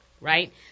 right